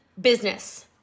business